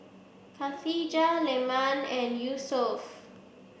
Khatijah Leman and Yusuf